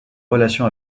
relation